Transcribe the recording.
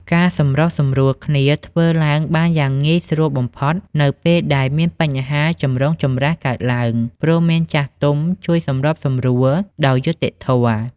ការសម្រុះសម្រួលគ្នាធ្វើឡើងបានយ៉ាងងាយស្រួលបំផុត នៅពេលដែលមានបញ្ហាចម្រូងចម្រាសកើតឡើង ព្រោះមានចាស់ទុំជួយសម្របសម្រួលដោយយុត្តិធម៌។